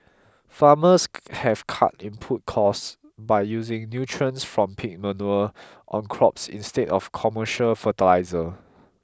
farmers have cut input costs by using nutrients from pig manure on crops instead of commercial fertiliser